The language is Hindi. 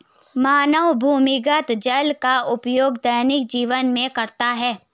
मानव भूमिगत जल का उपयोग दैनिक जीवन में करता है